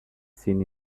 seen